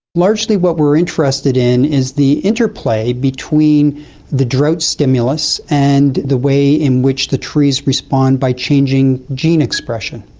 largely what we're interested in is the interplay between the drought stimulus and the way in which the trees respond by changing gene expression.